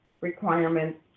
requirements